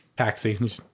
Taxi